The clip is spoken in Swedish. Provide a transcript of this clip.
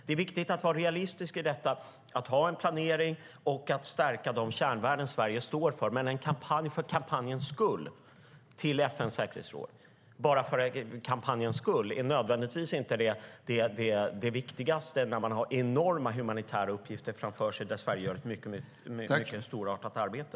Det är viktigt att vara realistisk i detta sammanhang och att ha en planering och att stärka de kärnvärden som Sverige står för. Men en kampanj för kampanjens skull för en plats i FN:s säkerhetsråd är inte nödvändigtvis det viktigaste när man har enorma humanitära uppgifter framför sig och där Sverige gör ett storartat arbete.